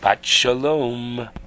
shalom